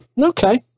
Okay